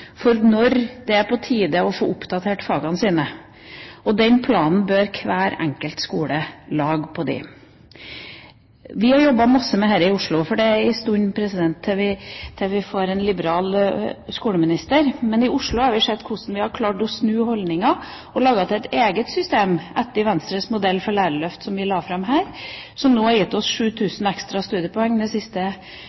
for når det er på tide å få oppdatert fagene sine, og den planen bør hver enkelt skole lage for dem. Vi har jobbet masse med dette i Oslo. Det er en stund til vi får en liberal skoleminister, men i Oslo har vi klart å snu holdninger og laget et eget system, etter Venstres modell for lærerløftet, som vi la fram her, som nå har gitt oss